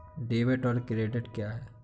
Debit और credit क्या है?